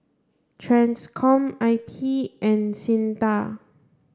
TRANSCOM I P and SINDA